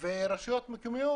רשויות מקומיות